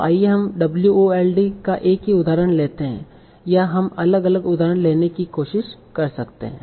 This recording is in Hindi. तो आइए हम wold का एक ही उदाहरण लेते हैं या हम एक अलग उदाहरण लेने की कोशिश कर सकते हैं